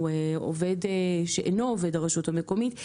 שהוא אינו עובד הרשות המקומית,